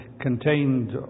contained